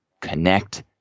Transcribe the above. connect